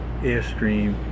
Airstream